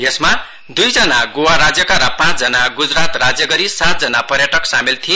यसमा दुइजना गोवा राज्यका र पाँचजना गुजरात राज्य गरी सात जना पर्यटक सामेल थिए